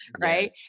right